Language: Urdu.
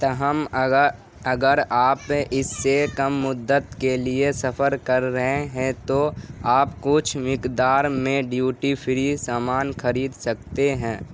تاہم اگر آپ اس سے کم مدت کے لیے سفر کر رہے ہیں تو آپ کچھ مقدار میں ڈیوٹی فری سامان خرید سکتے ہیں